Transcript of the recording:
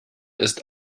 ist